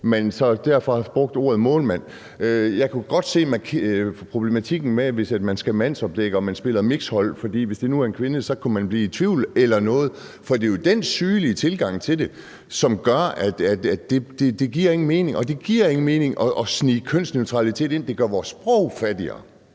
derfor brugte man ordet målmand. Jeg kan godt se problematikken med at sige mandsopdække, hvis man spiller på et mikshold, for hvis det nu var en kvinde, kunne man komme i tvivl – eller noget. Det er den syge tilgang til det, som gør, at det ikke giver nogen mening, og det giver ingen mening at snige kønsneutralitet ind. Det gør vores sprog fattigere